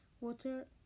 water